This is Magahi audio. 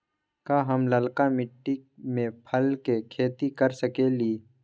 का हम लालका मिट्टी में फल के खेती कर सकेली?